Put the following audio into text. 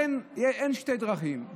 אין שתי דרכים.